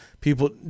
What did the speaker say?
people